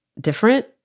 different